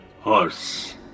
Horse